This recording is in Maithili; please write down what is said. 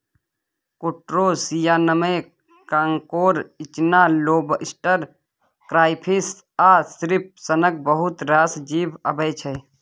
क्रुटोशियनमे कांकोर, इचना, लोबस्टर, क्राइफिश आ श्रिंप सनक बहुत रास जीब अबै छै